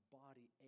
body